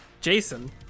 Jason